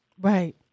right